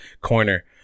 corner